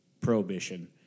Prohibition